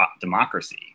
democracy